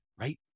right